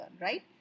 right